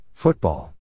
football